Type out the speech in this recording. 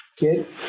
Get